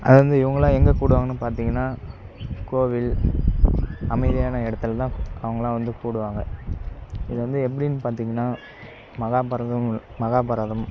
அது வந்து இவுங்க எங்கே கூடுவாங்கனு பார்த்திங்கனா கோவில் அமைதியான இடத்துலதான் அவங்கள்லாம் வந்து கூடுவாங்க இதை வந்து எப்படினு பார்த்திங்கனா மகாபாரதம் மகாபாரதம்